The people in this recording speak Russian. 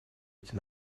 эти